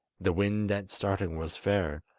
the wind at starting was fair,